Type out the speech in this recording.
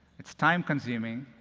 it's time consuming.